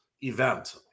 event